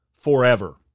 forever